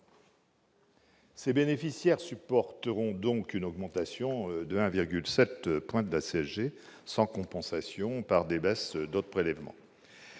Ces bénéficiaires supporteront donc une augmentation de 1,7 point de la CSG, sans compensation par des baisses d'autres prélèvements